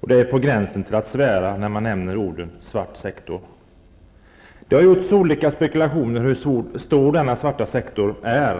och det är på gränsen till att svära när man nämner uttrycket svart sektor. Det har gjorts olika spekulationer om hur stor denna svarta sektor är.